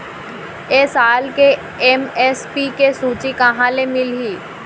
ए साल के एम.एस.पी के सूची कहाँ ले मिलही?